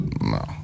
No